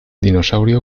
dinosaurio